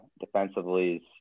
defensively